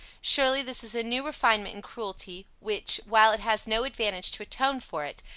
surely this is a new refinement in cruelty, which, while it has no advantage to atone for it,